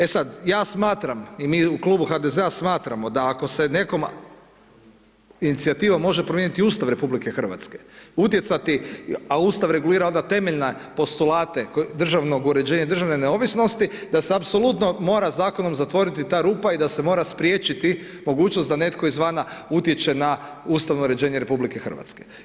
E sad, ja smatram i mi u klubu HDZ-a smatramo da ako se nekom inicijativom može promijeniti Ustav Republike Hrvatske, utjecati, a Ustav regulira onda temeljna postulate koji državnog uređenja, uređenja državne neovisnosti da se apsolutno mora zakonom zatvoriti ta rupa, i da se mora spriječiti mogućnost da netko izvana utječe na ustavno uređenje Republike Hrvatske.